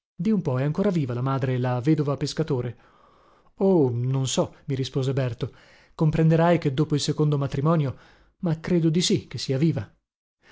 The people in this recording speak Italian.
di un po è ancora viva la madre la vedova pescatore oh non so mi rispose berto comprenderai che dopo il secondo matrimonio ma credo di sì che sia viva